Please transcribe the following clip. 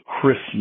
Christmas